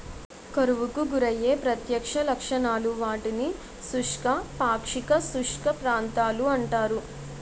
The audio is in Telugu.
కరువుకు గురయ్యే ప్రత్యక్ష లక్షణాలు, వాటిని శుష్క, పాక్షిక శుష్క ప్రాంతాలు అంటారు